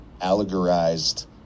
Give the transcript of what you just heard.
allegorized